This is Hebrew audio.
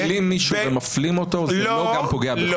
כשמשפילים מישהו ומפלים אותו, זה פוגע בכבודו.